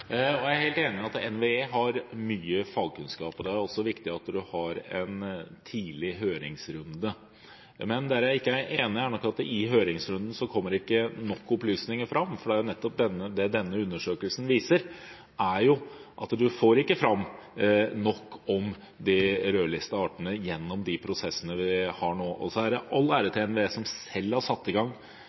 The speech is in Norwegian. Jeg er helt enig i at NVE har mye fagkunnskap, og det er viktig at man har en tidlig høringsrunde. Men – og der er jeg nok ikke enig – i høringsrunden kommer det ikke nok opplysninger fram, for denne undersøkelsen viser jo nettopp at man får ikke fram nok om de rødlistede artene gjennom de prosessene vi har nå. All ære til NVE som selv har satt i gang